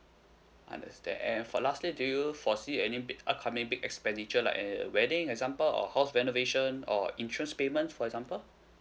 understand and for last state do you foresee any big upcoming big expenditure like a wedding example or house renovation or interest payment for example